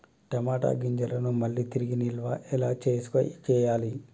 టమాట గింజలను మళ్ళీ తిరిగి నిల్వ ఎలా చేయాలి?